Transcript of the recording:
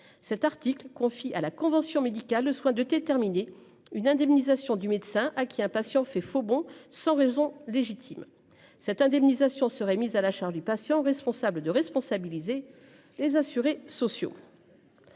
cet article confie à la convention médicale le soin de déterminer une indemnisation du médecin à qui un patient fait faux bond sans raison légitime cette indemnisation serait mise à la charge du patient responsable de responsabiliser les assurés sociaux.